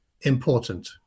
important